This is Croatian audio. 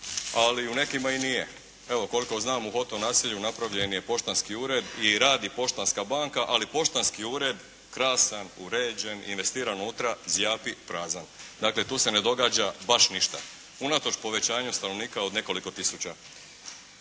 ali u nekima i nije. Evo, koliko znam u Hoto naselju napravljen je poštanski ured i radi Poštanska banka ali poštanski ured krasan, uređen, investiran unutra zjapi prazan. Dakle, tu se ne događa baš ništa unatoč povećanju stanovnika od nekoliko tisuća.